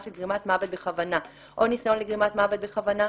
של גרימת מוות בכוונה או ניסיון לגרימת מוות בכוונה,